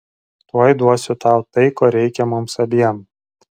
tuoj duosiu tau tai ko reikia mums abiem